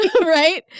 Right